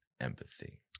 empathy